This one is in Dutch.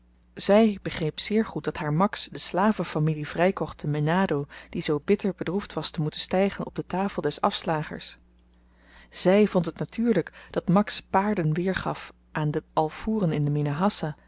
zy begreep zeer goed dat haar max de slavenfamilie vrykocht te menado die zoo bitter bedroefd was te moeten stygen op de tafel des afslagers zy vond het natuurlyk dat max paarden weergaf aan de alfoeren in de